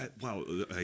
Wow